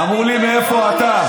אמרו לי: מאיפה אתה?